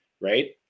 right